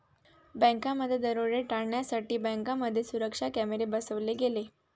बँकात दरोडे टाळण्यासाठी बँकांमध्ये सुरक्षा कॅमेरे बसवले गेले